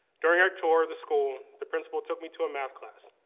during our tour of the school, the principal took me to a math class.